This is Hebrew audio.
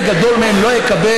300,000 שקל,